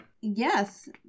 Yes